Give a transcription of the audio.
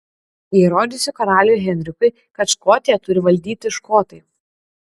įrodysiu karaliui henrikui kad škotiją turi valdyti škotai